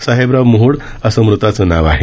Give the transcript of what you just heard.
साहेबराव मोहोड असं मृताचं नाव आहे